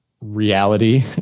reality